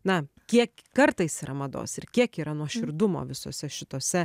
na kiek kartais yra mados ir kiek yra nuoširdumo visose šitose